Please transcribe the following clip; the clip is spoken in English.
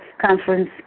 conference